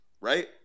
right